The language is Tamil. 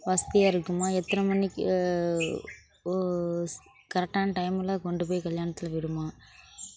வசதியாக இருக்குமா எத்தனை மணிக்கு கரெக்டான டைமில் கொண்டு போய் கல்யாணத்தில் விடுமா